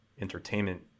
entertainment